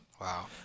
Wow